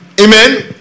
Amen